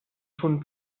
schon